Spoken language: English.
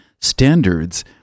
standards